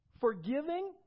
forgiving